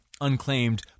unclaimed